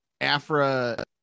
Afra